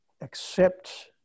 accept